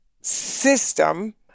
system